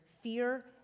fear